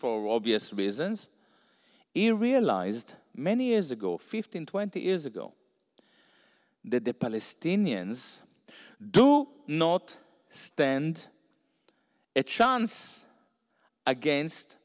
for obvious reasons he realized many years ago fifteen twenty years ago that the palestinians do not stand a chance against